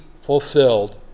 fulfilled